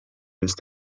jest